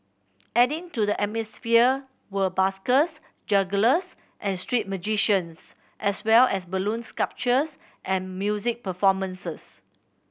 adding to the atmosphere were buskers jugglers and street magicians as well as balloon sculptures and music performances